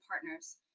partners